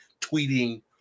tweeting